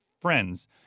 friends